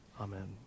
Amen